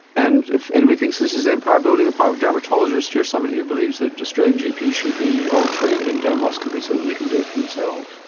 and if anybody thinks this is empire building on the part of dermatologists, you're somebody who believes that australian gps should be all trained in dermoscopy so that they can do it for themselves.